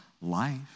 life